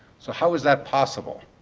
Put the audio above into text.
so how is that possible?